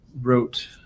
wrote